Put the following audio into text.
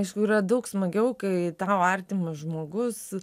aišku yra daug smagiau kai tau artimas žmogus